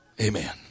Amen